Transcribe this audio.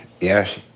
yes